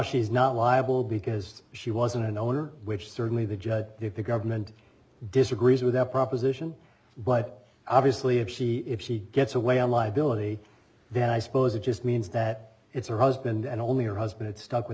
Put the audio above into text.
she's not liable because she wasn't an owner which certainly the judge if the government disagrees with that proposition but obviously if she if she gets away on liability then i suppose it just means that it's her husband and only her husband stuck with